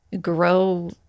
grow